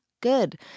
good